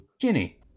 Ginny